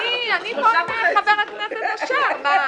אני עם חבר הכנסת אשר.